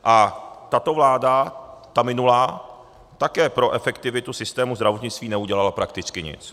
A tato vláda, ta minulá, také pro efektivitu systému zdravotnictví neudělala prakticky nic.